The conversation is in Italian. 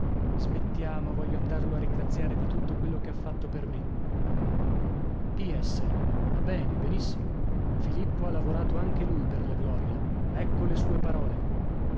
smettiamo voglio andarlo a ringraziare di tutto quello che ha fatto per me ps ma bene benissimo filippo ha lavorato anche lui per la gloria ecco le sue parole